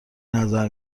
نظر